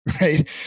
Right